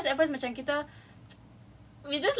ya then then even if four hundred dollars at first macam kita